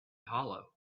hollow